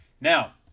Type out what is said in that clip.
Now